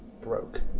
Broke